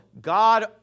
God